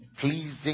pleasing